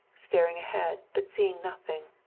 staring ahead but seeing nothing.